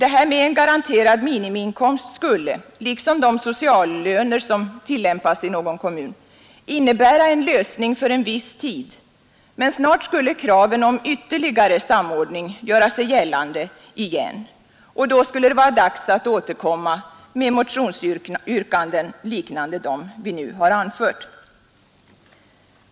En garanterad minimiinkomst skulle, liksom de sociallöner som tillämpas i någon kommun, innebära en lösning för en viss tid, men snart skulle kraven om ytterligare samordning göra sig gällande igen, och då skulle det vara dags att återkomma med motionsyrkanden liknande dem vi nu har framfört.